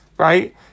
Right